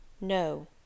No